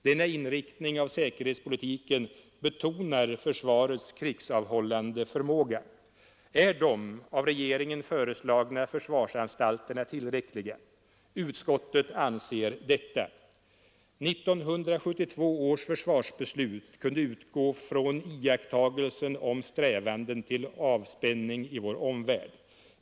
Denna inriktning av säkerhetspolitiken betonar försvarets krigsavhållande förmåga. Är de av regeringen föreslagna försvarsanstalterna tillräckliga? Utskottet anser detta. 1972 års försvarsbeslut kunde utgå från iakttagelser om strävanden till avspänning i vår omvärld.